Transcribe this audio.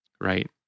right